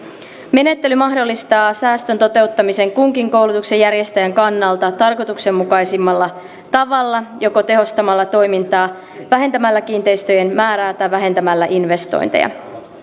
menettely mahdollistaa säästön toteuttamisen kunkin koulutuksen järjestäjän kannalta tarkoituksenmukaisimmalla tavalla joko tehostamalla toimintaa vähentämällä kiinteistöjen määrää tai vähentämällä investointeja